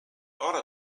order